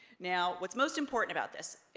now, what's most important about this.